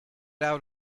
out